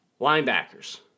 Linebackers